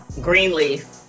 Greenleaf